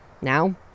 Now